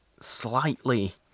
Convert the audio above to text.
slightly